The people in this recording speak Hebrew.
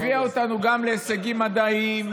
הביאה אותנו גם להישגים מדעיים,